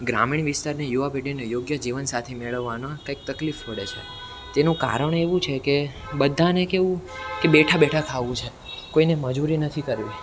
ગ્રામીણ વિસ્તારની યુવા પેઢીને યોગ્ય જીવન સાથી મેળવવાનો કાંઈક તકલીફ પડે છે તેનું કારણ એવું છે કે બધાને કેવું કે બેઠાં બેઠાં ખાવું છે કોઈને મજૂરી નથી કરવી